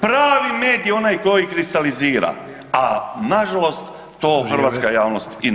Pravi med je onaj koji kristalizira, a nažalost to hrvatska javnost [[Upadica: Vrijeme]] i ne zna.